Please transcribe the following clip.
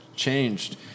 changed